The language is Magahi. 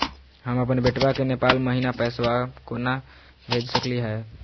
हम अपन बेटवा के नेपाल महिना पैसवा केना भेज सकली हे?